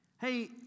hey